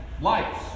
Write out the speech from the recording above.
lights